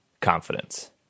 confidence